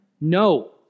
No